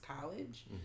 college